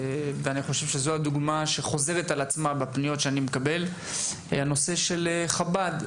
ואני חושב שזו הדוגמה שחוזרת על עצמה בפניות שאני מקבל: הנושא של חב"ד.